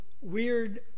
weird